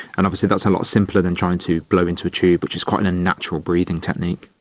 and obviously that's a lot simpler than trying to blow into a tube, which is quite an unnatural breathing technique.